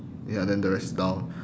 ya then the rest is down